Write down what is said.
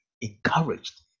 encouraged